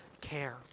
care